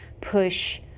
push